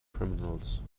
criminals